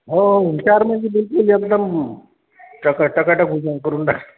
हो हुशार म्हणजे तोही एकदम टका टक टका टक होऊन जाईल करून टाक